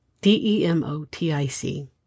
D-E-M-O-T-I-C